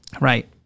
right